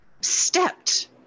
Stepped